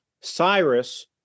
Cyrus